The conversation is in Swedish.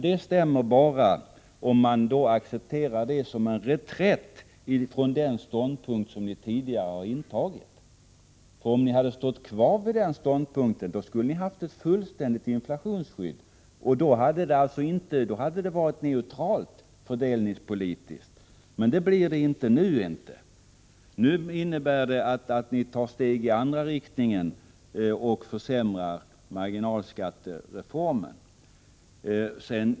Det stämmer bara om man accepterar det som en reträtt från den ståndpunkt som ni tidigare har intagit. Om ni hade stått kvar vid den tidigare ståndpunkten, skulle vi ha haft ett fullständigt inflationsskydd, som hade varit fördelningspolitiskt neutralt. Men det blir det inte nu. Ni tar nu steg i andra riktningen och försämrar marginalskattereformen.